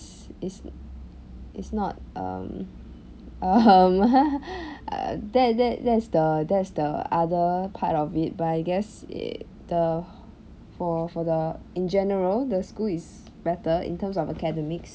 is is not um um uh that that that's the that's the other part of it but I guess it the for for the in general the school is better in term of academics